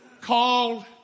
Called